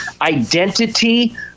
identity